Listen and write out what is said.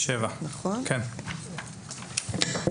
"סייג לאחריות פלילית 7. (א)